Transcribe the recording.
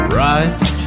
right